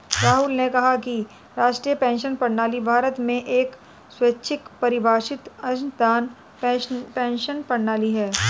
राहुल ने कहा कि राष्ट्रीय पेंशन प्रणाली भारत में एक स्वैच्छिक परिभाषित अंशदान पेंशन प्रणाली है